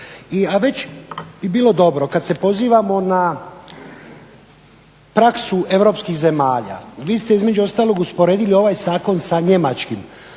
A već bi bilo dobro kada se pozivamo na praksu europskih zemalja, vi ste između ostalog usporedili ovaj zakon sa njemačkim,